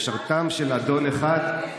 משרתיו של אדון אחד,